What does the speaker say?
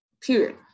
period